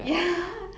ya